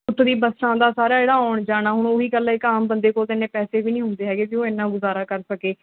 ਉੱਤੋਂ ਦੀ ਬੱਸਾਂ ਦਾ ਸਾਰਾ ਜਿਹੜਾ ਆਉਣ ਜਾਣ ਆ ਉਹ ਵੀ ਗੱਲ ਇੱਕ ਆਮ ਬੰਦੇ ਕੋਲ ਤਾਂ ਐਨੇ ਪੈਸੇ ਵੀ ਨਹੀਂ ਹੁੰਦੇ ਹੈਗੇ ਕਿ ਉਹ ਐਨਾ ਗੁਜ਼ਾਰਾ ਕਰ ਸਕੇ